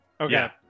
Okay